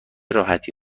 راحتی